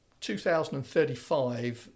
2035